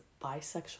bisexual